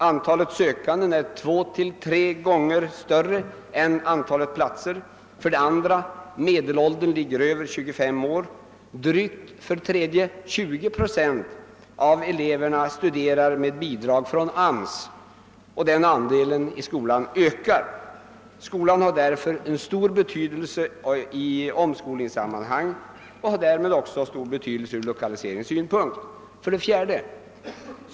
Antalet sökande är två till tre gånger större än antalet platser. 2. Medelåldern ligger över 25 år. 3. Drygt 20 procent av eleverna studerar med bidrag från AMS, och den andelen ökar. Skolan har därför stor betydelse i omskolningssammanhang och därmed också från lokaliseringssynpunkt. 4.